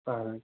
آ